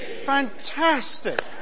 Fantastic